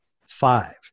five